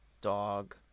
Dog